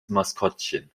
maskottchen